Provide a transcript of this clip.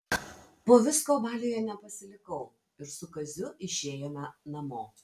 po visko baliuje nepasilikau ir su kaziu išėjome namo